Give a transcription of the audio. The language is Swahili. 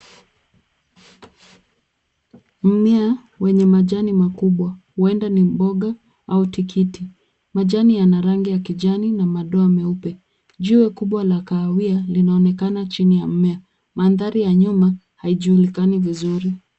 Mmea wenye majani makubwa huenda ni mboga au tikiti. Majani yana rangi ya kijani na madoa meupe. Jiwe kubwa la kahawia linaonekana chini ya mmea. Madhari ya nyuma haijulikani vizuri.